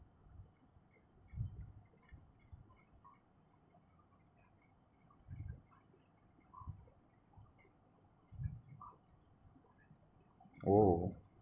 oh